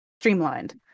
streamlined